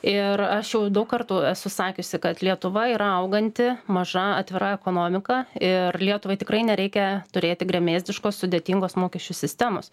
ir aš jau daug kartų esu sakiusi kad lietuva yra auganti maža atvira ekonomika ir lietuvai tikrai nereikia turėti gremėzdiškos sudėtingos mokesčių sistemos